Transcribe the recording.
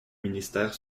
ministère